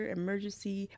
emergency